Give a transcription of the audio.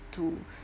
to